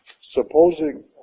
supposing